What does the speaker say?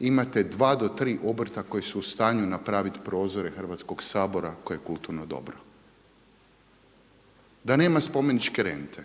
imate dva do tri obrta koji su u stanju napraviti prozore Hrvatskog sabora koje je kulturno dobro. Da nema spomeničke rente,